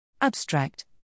Abstract